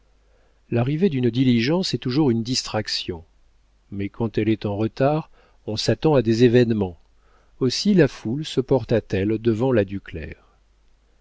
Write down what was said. l'arrivée d'une diligence est toujours une distraction mais quand elle est en retard on s'attend à des événements aussi la foule se porta t elle devant la ducler